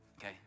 Okay